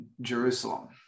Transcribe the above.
Jerusalem